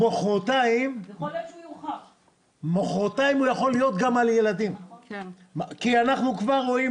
ומוחרתיים הוא יכול להיות גם על ילדים כי אנחנו כבר רואים